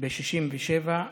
בקווי 67'